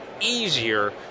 easier